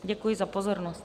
Děkuji za pozornost.